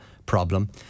problem